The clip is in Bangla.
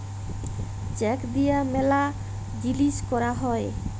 চেক দিয়া ম্যালা জিলিস ক্যরা হ্যয়ে